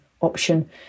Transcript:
option